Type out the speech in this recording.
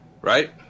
Right